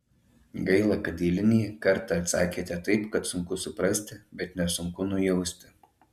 gaila kad eilinį kartą atsakėte taip kad sunku suprasti bet nesunku nujausti